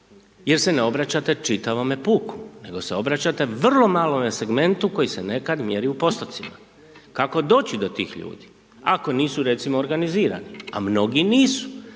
jer se ne obraćate čitavom puku, nego se obraćate vrlo malome segmentu koji se nekad mjeri u postocima. Kako doći do tih ljudi ako nisu, recimo, organizirani, a mnogi nisu.